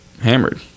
Hammered